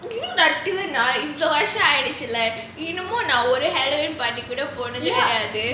இவ்ளோ வருஷம் ஆயிடுச்சுல இன்னமும் நான்:ivlo varusham aayiduchula innamum naan halloween party க்கு கூட போனது கெடயாது:kku kooda ponathu kedayaathu